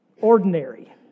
ordinary